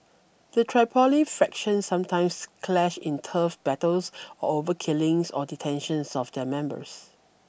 the Tripoli factions sometimes clash in turf battles or over killings or detentions of their members